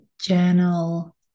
journal